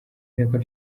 nteko